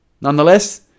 Nonetheless